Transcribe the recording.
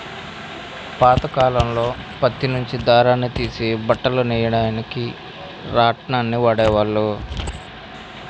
పాతకాలంలో పత్తి నుంచి దారాన్ని తీసి బట్టలు నెయ్యడానికి రాట్నాన్ని వాడేవాళ్ళు